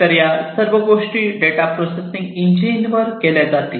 तर या सर्व गोष्टी डेटा प्रोसेसिंग इंजिनवर केल्या जातील